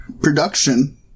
production